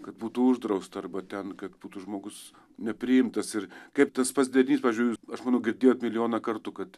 kad būtų uždrausta arba ten kad būtų žmogus nepriimtas ir kaip tas pats derinys pavyzdžiui aš manau girdėjot milijoną kartų kad